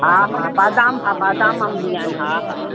हा हा बादाम हा बादाम अंब बि आहिनि हा हा